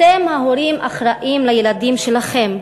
אתם, ההורים, אחראים לילדים שלכם,